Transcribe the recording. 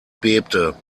bebte